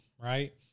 right